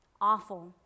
awful